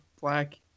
black